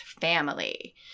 family